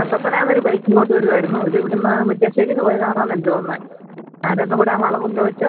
കട്ടപ്പനയിൽ നിന്നൊരു ബൈക്ക് ഇങ്ങോട്ട് വരികയായിരുന്നു ഇത് ഇവിടെ നിന്ന് മുരിക്കാശ്ശേരിയിൽ നിന്ന് പോയ കാറാണെന്നാണ് എനിക്ക് തോന്നുന്നത് ആ രണ്ടും കൂടെ ആ വളവിങ്കൽ വെച്ച്